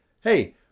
hey